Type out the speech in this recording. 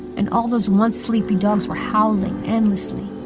and all those once sleepy dogs were howling endlessly